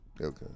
Okay